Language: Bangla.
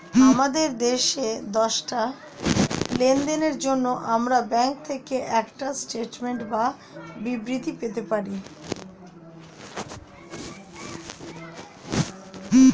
আমাদের শেষ দশটা লেনদেনের জন্য আমরা ব্যাংক থেকে একটা স্টেটমেন্ট বা বিবৃতি পেতে পারি